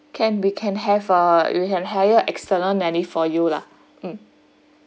can we can have err we can hire external nanny for you lah um